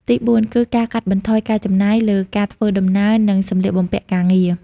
ទីបួន គឺ ការកាត់បន្ថយការចំណាយ លើការធ្វើដំណើរ និងសំលៀកបំពាក់ការងារ។